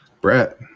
Brett